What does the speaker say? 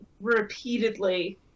repeatedly